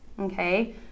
okay